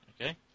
Okay